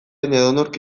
edonork